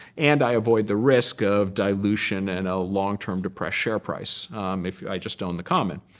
and i avoid the risk of dilution and a long-term depressed share price if i just owned the common.